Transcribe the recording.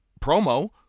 promo